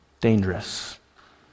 dangerous